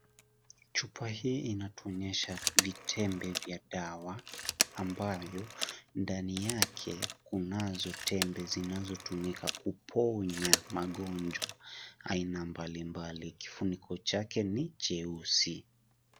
Chupa hii inatuonyesha vitembe vya dawa ambavyo ndani yake kunazo tembe zinazotumika kuponya magonjwa aina mbalimbali kifuniko chake ni cheusi.